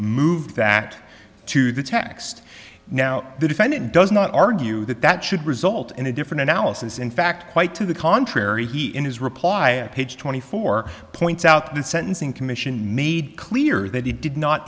that to the text now the defendant does not argue that that should result in a different analysis in fact quite to the contrary he in his reply page twenty four points out the sentencing commission made clear that he did not